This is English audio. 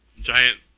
giant